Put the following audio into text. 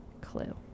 Clue